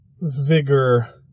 vigor